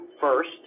first